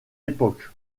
époque